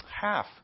half